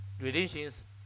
relations